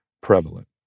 prevalent